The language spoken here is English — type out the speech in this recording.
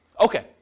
Okay